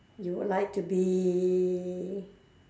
you would like to be